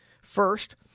First